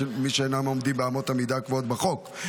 מי שאינם עומדים באמות המידה הקבועות בחוק,